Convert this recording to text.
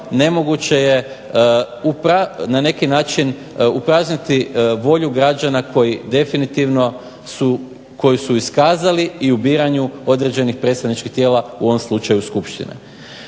nemoguće je na neki način ukazati volju građana koji definitivno su, koju su iskazali i u biranju određenih predstavničkih tijela, u ovom slučaju skupštine.